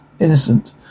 innocent